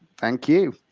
thank you.